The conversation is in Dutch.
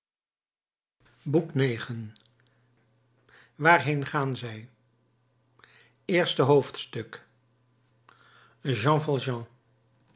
boek ix waarheen gaan zij i jean